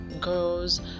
girls